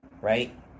right